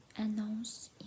annonce